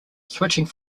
switching